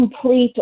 complete